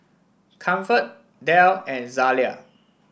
Comfort Dell and Zalia